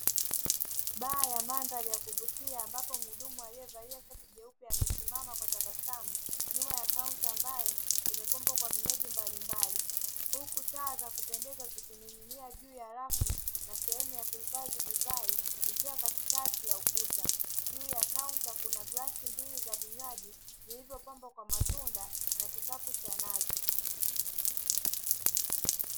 Baa ya mandhari ya kuvutia ambapo mhudumu aliyevalia shati jeupe amesimama kwa tabasamu, nyuma ya kaunta ambayo imepambwa kwa vinywaji mbalimbali huku taa za kupendeza zikining'ia juu ya rafu na sehemu ya kuhifadhi divai ikiwa katikati ya ukuta, juu ya kaunta kuna glasi mbili za vinywaji zilizopambwa kwa matunda na kikapu cha nazi.